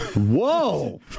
Whoa